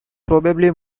probably